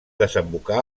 desembocar